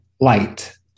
light